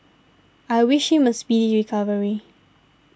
I wish him a speedy recovery